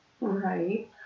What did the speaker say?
Right